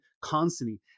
constantly